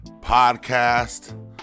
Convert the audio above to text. podcast